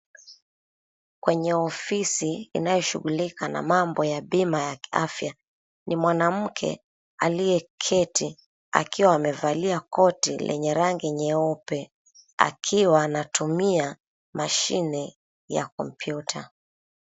Kwenye ofisi inayoshughulika na mambo ya bima ya afya, ni mwanamke aliyeketi akiwa amevalia koti lenye rangi nyeupe, akiwa anatumia mashine ya kompyuta.